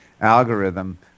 algorithm